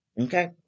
Okay